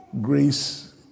Grace